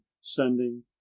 sending